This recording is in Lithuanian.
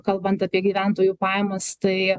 kalbant apie gyventojų pajamas tai